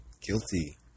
guilty